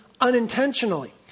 unintentionally